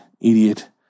idiot